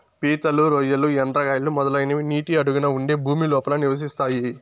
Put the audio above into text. పీతలు, రొయ్యలు, ఎండ్రకాయలు, మొదలైనవి నీటి అడుగున ఉండే భూమి లోపల నివసిస్తాయి